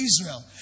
israel